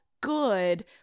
good